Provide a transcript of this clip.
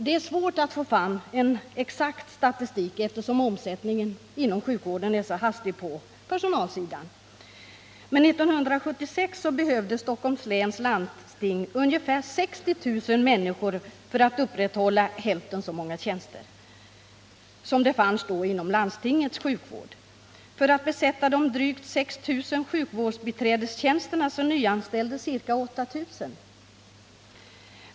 Det är svårt att få fram en exakt statistik, eftersom omsättningen på personalsidan inom sjukvården är så hastig, men 1976 behövde Stockholms läns landsting ungefär 60 000 människor för att upprätthålla hälften så många tjänster som då fanns inom landstingets sjukvård. För att besätta de drygt 6 000 sjukvårdsbiträdestjänsterna nyanställdes ca 8000 personer.